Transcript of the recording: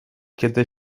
kiedy